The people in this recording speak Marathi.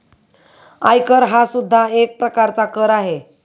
आयकर हा सुद्धा एक प्रकारचा कर आहे